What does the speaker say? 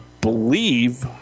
believe